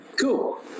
Cool